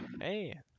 Hey